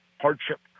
hardship